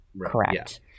correct